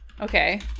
Okay